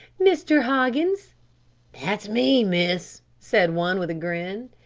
mr. hoggins that's me, miss, said one, with a grin.